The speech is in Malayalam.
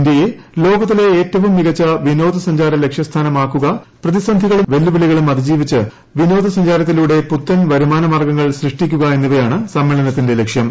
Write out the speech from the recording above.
ഇന്ത്യയെ ലോകത്തിലെ ഏറ്റവും മികച്ച വിനോദസഞ്ചാര ലക്ഷ്യസ്ഥാനമാക്കുക പ്രതിസന്ധികളും വെല്ലുവിളികളും അതിജീവിച്ച് വിനോദസഞ്ചാരത്തിലൂടെ പുത്തൻ വരുമാനമാർഗങ്ങൾ സൃഷ്ടിക്കുക എന്നിവയാണ് സമ്മേളനത്തിന്റെ ലക്ഷ്യാം